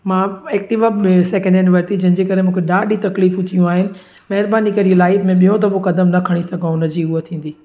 मां एक्टिवा बि second hand वरिती जंहिंजे करे मूंखे ॾाढी तकलीफ़ूं थियूं आहिनि महिरबानी करे लाइफ़ में ॿियों दफ़ो क़दमु न खणी सघूं हुनजी उहा थींदी